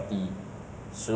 err which old food court